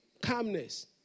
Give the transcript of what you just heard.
Calmness